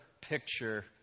picture